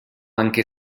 anche